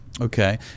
Okay